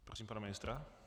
Prosím pana ministra.